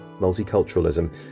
multiculturalism